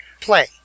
play